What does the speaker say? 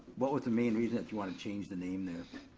what was the main reason that you want to change the name there?